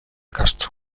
castro